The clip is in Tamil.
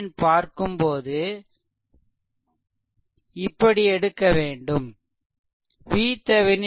VThevenin பார்க்கும்போது இப்படி எடுக்க வேண்டும்